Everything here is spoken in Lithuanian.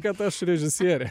kad aš režisierė